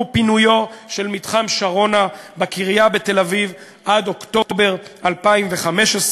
הוא פינויו של מתחם שרונה בקריה בתל-אביב עד אוקטובר 2015,